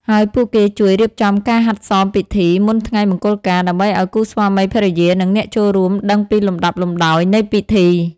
ហើយពួកគេជួយ រៀបចំការហាត់សមពិធី មុនថ្ងៃមង្គលការ ដើម្បីឱ្យគូស្វាមីភរិយា និងអ្នកចូលរួមដឹងពីលំដាប់លំដោយនៃពិធី។